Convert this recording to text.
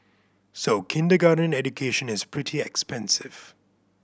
so kindergarten education is pretty expensive